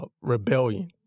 rebellion